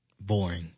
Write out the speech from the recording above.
Boring